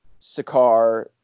Sakar